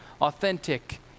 authentic